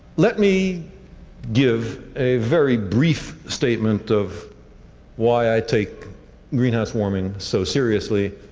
let me give a very brief statement of why i take greenhouse warming so seriously.